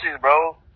bro